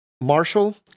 Marshall